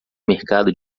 mercado